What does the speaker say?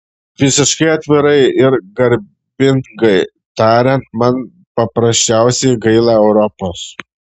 visiškai atvirai ir garbingai tariant man paprasčiausiai gaila europos